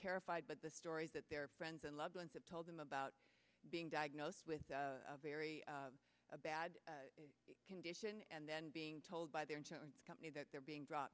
terrified but the stories that their friends and loved ones have told them about being diagnosed with a very bad condition and then being told by their insurance company that they're being dropped